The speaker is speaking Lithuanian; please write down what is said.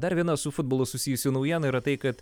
dar vienas su futbolu susijusių naujienų yra tai kad